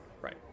Right